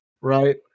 right